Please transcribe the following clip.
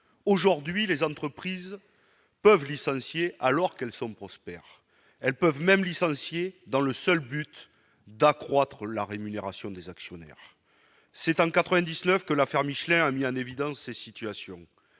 aujourd'hui, les entreprises peuvent licencier alors qu'elles sont prospères, elles peuvent même licencié dans le seul but d'accroître la rémunération des actionnaires, c'est en 99 que l'affaire Michelin a mis en évidence ces situations,